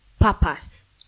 purpose